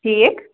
ٹھیٖک